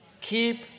Keep